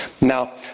Now